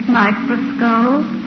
microscope